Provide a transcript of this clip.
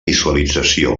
visualització